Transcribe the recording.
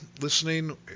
listening